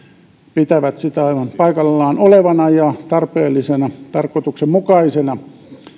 pitävät sitä aivan paikallaan olevana ja tarpeellisena ja tarkoituksenmukaisena